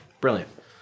Brilliant